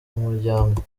umuryango